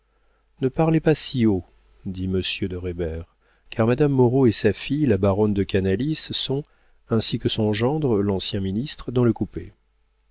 ne parlez pas si haut dit monsieur de reybert car madame moreau et sa fille la baronne de canalis sont ainsi que son gendre l'ancien ministre dans le coupé